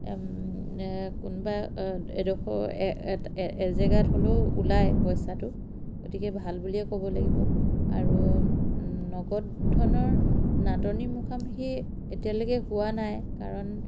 কোনোবা এডোখৰ এজেগাত হ'লেও ওলায় পইচাটো গতিকে ভাল বুলিয়ে ক'ব লাগিব আৰু নগদ ধনৰ নাটনীৰ মুখামুখি এতিয়ালৈকে হোৱা নাই কাৰণ